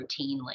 routinely